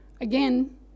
Again